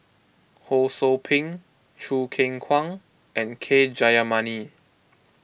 Ho Sou Ping Choo Keng Kwang and K Jayamani